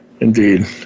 Indeed